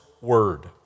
word